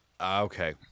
Okay